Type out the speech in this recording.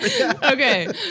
Okay